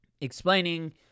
explaining